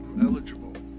Eligible